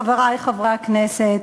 חברי חברי הכנסת,